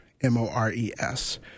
M-O-R-E-S